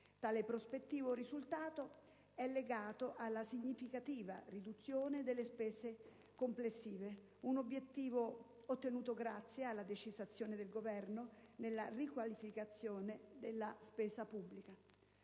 Tale prospettiva è legata alla significativa riduzione delle spese complessive, un obiettivo ottenuto grazie alla decisa azione del Governo nella riqualificazione della spesa pubblica.